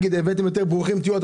אם הבאתם יותר, ברוכים תהיו.